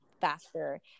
faster